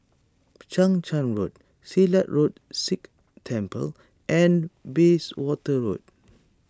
Chang Charn Road Silat Road Sikh Temple and Bayswater Road